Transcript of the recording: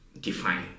define